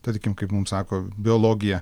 tarkim kaip mum sako biologija